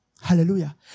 Hallelujah